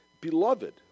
beloved